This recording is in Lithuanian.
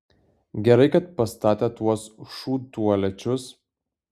gerai kad pastatė tuos šūdtualečius